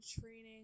training